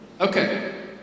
Okay